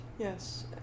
Yes